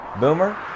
boomer